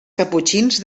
caputxins